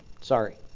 Sorry